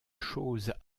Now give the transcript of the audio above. chose